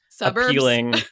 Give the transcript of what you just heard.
appealing